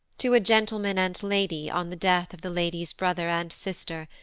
to a gentleman and lady on the death of the lady's brother and sister,